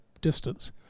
distance